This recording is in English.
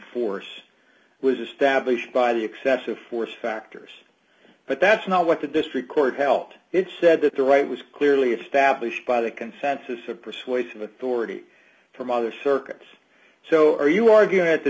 force was established by the excessive force factors but that's not what the district court helped it said that the right was clearly established by the consensus of persuasive authority from other circuits so are you arguing that the